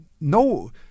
No